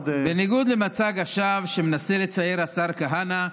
בניגוד למצג השווא שמנסה לצייר השר כהנא,